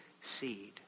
seed